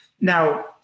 Now